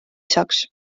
isaks